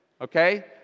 okay